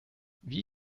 wie